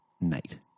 night